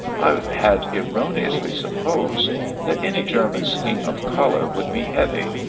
i had erroneously supposed that any german scheme of color would be heavy,